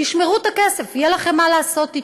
תשמרו את הכסף, יהיה לכם מה לעשות איתו.